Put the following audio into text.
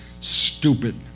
stupid